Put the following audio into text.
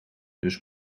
dus